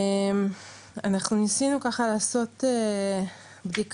אנחנו ניסינו ככה לעשות בדיקה